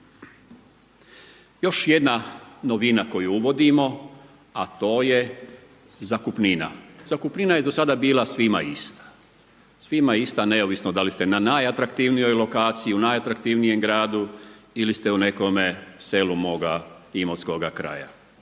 Još jedna novina, koju uvodimo, a to je zakupnina, zakupnina je do sada bila svima ista, svima ista, neovisno da li ste na najatraktivnijoj lokaciji, u najatraktivnijem gradu ili ste u nekome selu moga imotskoga kraja.